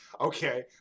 Okay